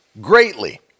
greatly